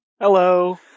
Hello